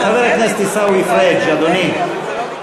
חבר הכנסת עיסאווי פריג' אדוני.